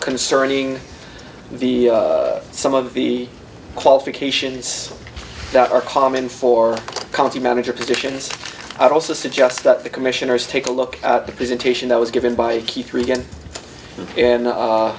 concerning the some of the qualifications that are common for county manager positions i'd also suggest that the commissioners take a look at the presentation that was given by keith reagan